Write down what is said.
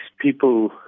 people